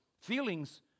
Feelings